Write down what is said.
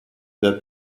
that